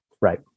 right